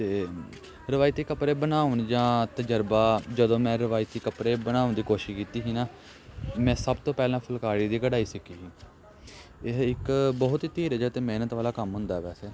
ਅਤੇ ਰਵਾਇਤੀ ਕੱਪੜੇ ਬਣਾਉਣ ਜਾਂ ਤਜਰਬਾ ਜਦੋਂ ਮੈਂ ਰਵਾਇਤੀ ਕੱਪੜੇ ਬਣਾਉਣ ਦੀ ਕੋਸ਼ਿਸ਼ ਕੀਤੀ ਸੀ ਨਾ ਮੈਂ ਸਭ ਤੋਂ ਪਹਿਲਾਂ ਫੁਲਕਾਰੀ ਦੀ ਕਢਾਈ ਸਿੱਖੀ ਸੀ ਇਹ ਇੱਕ ਬਹੁਤ ਹੀ ਧੀਰਜ ਅਤੇ ਮਿਹਨਤ ਵਾਲਾ ਕੰਮ ਹੁੰਦਾ ਵੈਸੇ